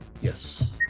Yes